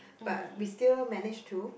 but we still manage to